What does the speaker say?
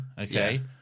okay